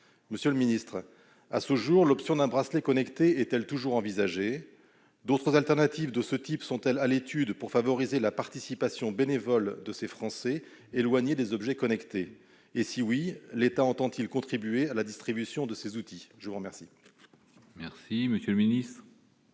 Monsieur le secrétaire d'État, à ce jour, l'option d'un bracelet connecté est-elle toujours envisagée ? D'autres choix de ce type sont-ils à l'étude pour favoriser la participation bénévole de ces Français, éloignés des objets connectés ? Si oui, l'État entend-il contribuer à la distribution de ces outils ? La parole est à M. le secrétaire